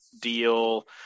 deal